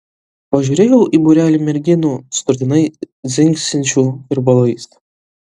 pažiūrėjau į būrelį merginų sutartinai dzingsinčių virbalais